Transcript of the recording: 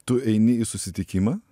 tu eini į susitikimą